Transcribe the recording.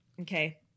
Okay